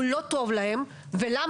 הוא לא טוב להן ולמה,